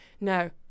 no